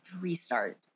restart